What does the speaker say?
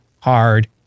hard